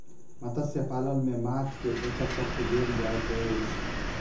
मत्स्य पालन में माँछ के पोषक तत्व देल जाइत अछि